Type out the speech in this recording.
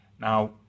Now